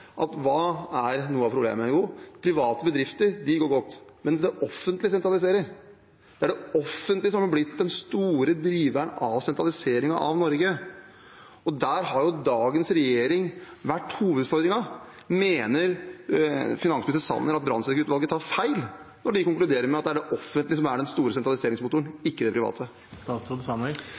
noe av problemet er at private bedrifter går godt, men det offentlige sentraliserer. Det er det offentlige som har blitt den store driveren av sentraliseringen av Norge. Der har dagens regjering vært hovedutfordringen. Mener finansminister Sanner at Brandtzæg-utvalget tar feil når de konkluderer med at det er det offentlige som er den store sentraliseringsmotoren, ikke det